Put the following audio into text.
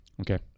Okay